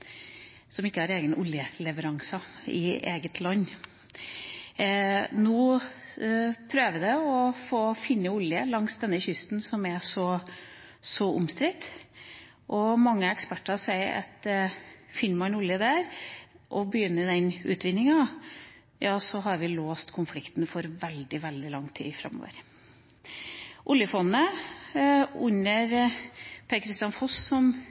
langs denne kysten som er så omstridt. Mange eksperter sier at dersom man finner olje der, og begynner utvinninga, har man låst konflikten for veldig lang tid framover. Under Per-Kristian Foss som